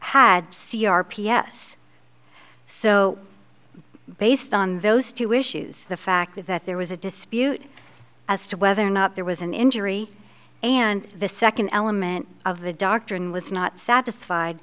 had c r p s so based on those two issues the fact that there was a dispute as to whether or not there was an injury and the second element of the doctrine was not satisfied